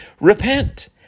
repent